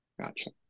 Gotcha